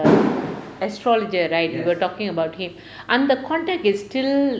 astrologer right you were talking about him err the contact is still